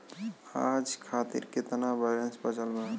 आज खातिर केतना बैलैंस बचल बा?